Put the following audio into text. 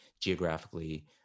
geographically